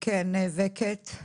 כן, אני נאבקת,